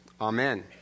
Amen